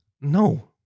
No